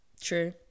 True